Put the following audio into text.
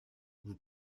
vous